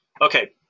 Okay